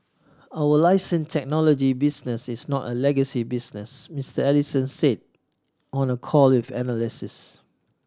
our license technology business is not a legacy business Mister Ellison said on a call of analysts